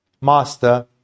master